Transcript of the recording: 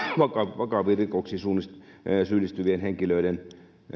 vakaviin rikoksiin syyllistyvien henkilöiden